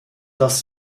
das